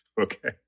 Okay